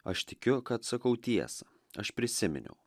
aš tikiu kad sakau tiesą aš prisiminiau